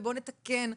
ובוא נתקן,